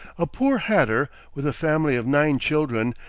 a poor hatter, with a family of nine children,